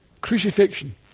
crucifixion